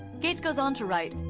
gates goes on to write,